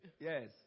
Yes